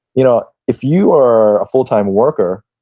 you know if you are a full time worker,